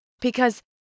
Because-